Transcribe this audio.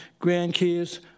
grandkids